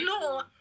No